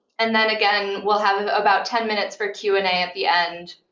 and then, again, we'll have about ten minutes for q and a at the end.